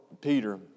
Peter